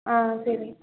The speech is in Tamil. ஆ சரி